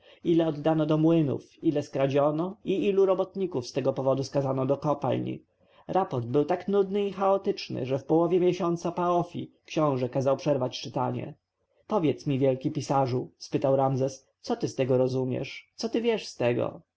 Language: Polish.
ile oddano do młynów ile skradziono i ilu robotników z tego powodu skazano do kopalń raport był tak nudny i chaotyczny że w połowie miesiąca paofi książę kazał przerwać czytanie powiedz mi wielki pisarzu spytał ramzes co ty z tego rozumiesz co ty wiesz z tego